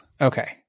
Okay